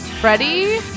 Freddie